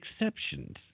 exceptions